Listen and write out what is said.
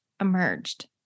emerged